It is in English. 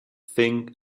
think